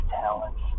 talents